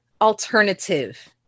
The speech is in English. alternative